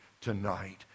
tonight